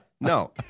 No